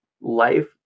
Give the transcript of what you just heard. life